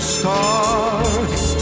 stars